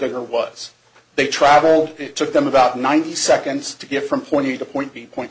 dinner was they travel it took them about ninety seconds to get from point a to point b point